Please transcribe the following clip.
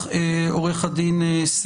תודה אדוני היושב-ראש,